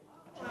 התשע"ג 2012,